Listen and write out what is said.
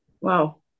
Wow